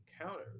encountered